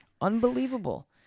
Unbelievable